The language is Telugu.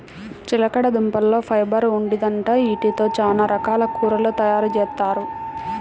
చిలకడదుంపల్లో ఫైబర్ ఉండిద్దంట, యీటితో చానా రకాల కూరలు తయారుజేత్తారు